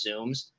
zooms